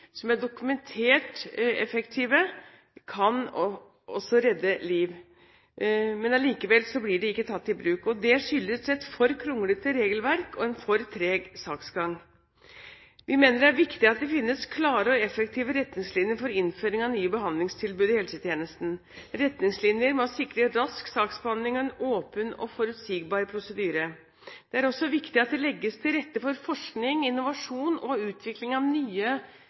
som er dokumentert effektive, kan også redde liv, men likevel blir de ikke tatt i bruk. Det skyldes et for kronglete regelverk og en for treg saksgang. Vi mener det er viktig at det finnes klare og effektive retningslinjer for innføring av nye behandlingstilbud i helsetjenesten. Retningslinjer må sikre rask saksbehandling og en åpen og forutsigbar prosedyre. Det er også viktig at det legges til rette for forskning og innovasjon og utvikling av nye